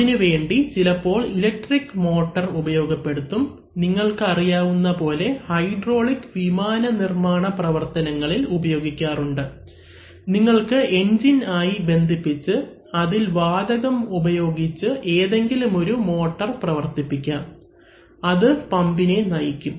അതിനുവേണ്ടി ചിലപ്പോൾ electric motor ഉപയോഗപ്പെടുത്തും നിങ്ങൾക്ക് അറിയാവുന്ന പോലെ ഹൈഡ്രോളിക് വിമാന നിർമ്മാണ പ്രവർത്തനങ്ങളിൽ ഉപയോഗിക്കാറുണ്ട് നിങ്ങൾക്ക് എൻജിൻ ആയി ബന്ധിപ്പിച്ച് അതിൽ വാതകം ഉപയോഗിച്ച് ഏതെങ്കിലുമൊരു മോട്ടോർ പ്രവർത്തിപ്പിക്കാം അത് പമ്പിനെ നയിക്കും